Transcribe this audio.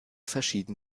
verschieden